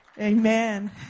Amen